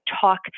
talk